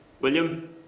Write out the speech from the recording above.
William